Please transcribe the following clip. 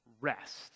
rest